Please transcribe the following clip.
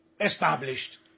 established